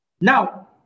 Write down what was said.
Now